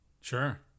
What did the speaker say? Sure